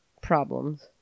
problems